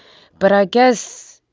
but i guess